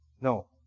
No